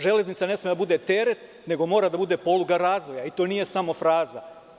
Železnica ne sme da bude teret, nego mora da bude poluga razvoja i to nije samo fraza.